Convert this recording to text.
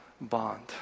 bond